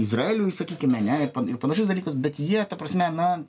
izraeliui sakykime ne ir ir panašius dalykus bet jie ta prasme na